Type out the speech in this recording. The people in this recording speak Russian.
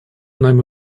нами